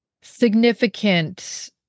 significant